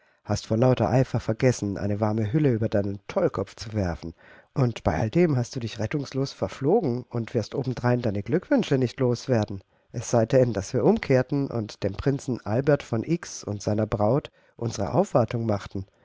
hast vor lauter eifer vergessen eine warme hülle über deinen tollkopf zu werfen und bei alledem hast du dich rettungslos verflogen und wirst obendrein deine glückwünsche nicht los werden es sei denn daß wir umkehrten und dem prinzen albert von x und seiner braut unsere aufwartung machten